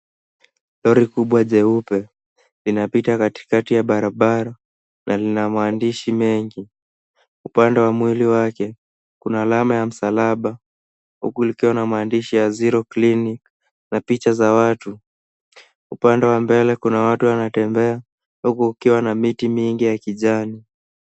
Lori kubwa jeupe linapita katikati ya barabara na lina maandishi mengi . Upande wa mwili wake, kuna alama ya msalaba huku likiwa na maandishi ya zero clinic na picha za watu . Upande wa mbele kuna watu wanatembea huku kukiwa na miti mingi ya kijani.